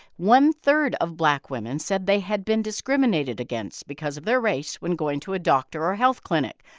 one-third of black women said they had been discriminated against because of their race when going to a doctor or a health clinic.